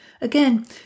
Again